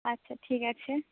আচ্ছা ঠিক আছে